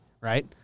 right